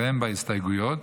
ואין בהן הסתייגויות,